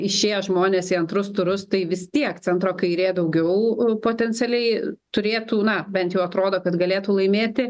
išėję žmonės į antrus turus tai vis tiek centro kairė daugiau potencialiai turėtų na bent jau atrodo kad galėtų laimėti